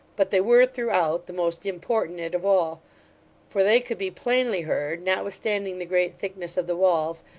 but they were, throughout, the most importunate of all for they could be plainly heard, notwithstanding the great thickness of the walls,